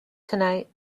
tonight